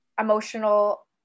emotional